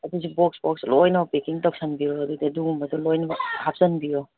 ꯑꯗꯨꯁꯨ box box ꯂꯣꯏꯅꯃꯛ packing ꯇꯧꯁꯟꯕꯤꯔꯣ ꯑꯗꯨꯗꯤ ꯑꯗꯨꯒꯨꯝꯕꯗꯣ ꯂꯣꯏꯅꯃꯛ ꯍꯥꯞꯆꯟꯕꯤꯔꯣ